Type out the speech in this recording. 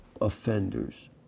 offenders